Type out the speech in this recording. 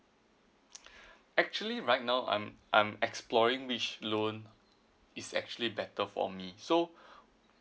actually right now I'm I'm exploring which loan is actually better for me so